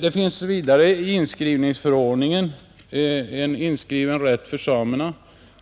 Det finns i inskrivningsförordningen en rätt för samerna